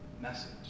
message